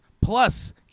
Plus